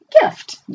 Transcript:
gift